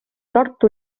tartu